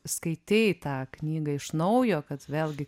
skaitei tą knygą iš naujo kad vėlgi